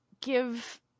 give